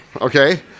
Okay